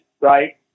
right